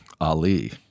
Ali